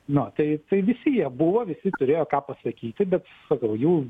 na tai tai visi jie buvo visi turėjo ką pasakyti bet sakau jų